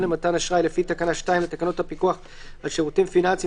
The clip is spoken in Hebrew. למתן אשראי לפי תקנה 2 לתקנות הפיקוח על שירותים פיננסיים,